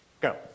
Go